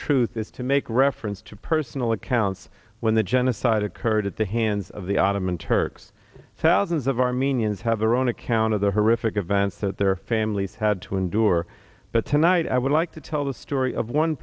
truth is to make reference to personal accounts when the genocide occurred at the hands of the ottoman turks thousands of armenians have their own account of the horrific events that their families had to endure but tonight i would like to tell the story of one